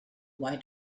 why